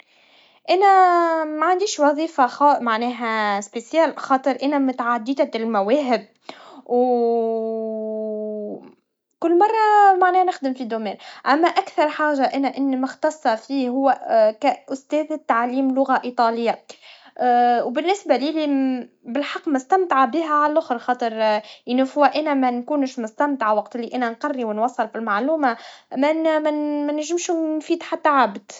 أنا معنديش وظيفا خ- معناها خصوصيا, خاطر متعددة المواهب, و وكل مرا, معناها نخدم في مجال, أما أكثر حاجات أنا إني مختصا فيه هوا, كأستاذة تعليم لغا إيطاليا, وبالنسبا ليلي, الحق مستمتعا بيها عالآخر, خاطر في االآخر أنا منكونش نستمتع وقت اللي أنا نقري, ونوصل المعلوما, من- من- مننجمش نفيد حتى عبد.